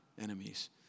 enemies